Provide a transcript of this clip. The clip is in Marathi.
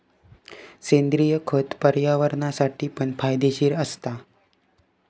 सेंद्रिय खत पर्यावरणासाठी पण फायदेशीर असता